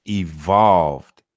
evolved